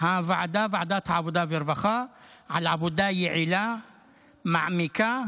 ועדת העבודה והרווחה על עבודה יעילה ומעמיקה,